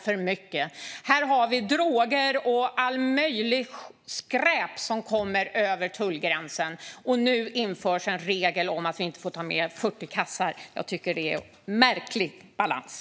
Det är droger och allt möjligt skräp som kommer över tullgränserna, och nu införs en regel om att man inte får ta med fler än 40 kassar. Jag tycker att det är en märklig balans.